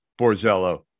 Borzello